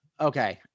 Okay